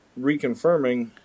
reconfirming